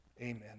Amen